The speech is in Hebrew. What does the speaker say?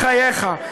בחייך,